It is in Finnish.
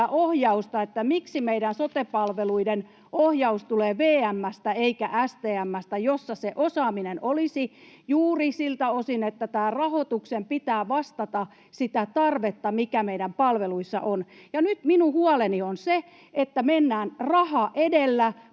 ohjausta. Miksi meidän sote-palveluiden ohjaus tulee VM:stä eikä STM:stä, jossa se osaaminen olisi juuri siltä osin, että tämän rahoituksen pitää vastata sitä tarvetta, mikä meidän palveluissa on? Nyt minun huoleni on se, että mennään raha edellä,